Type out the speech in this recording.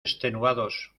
extenuados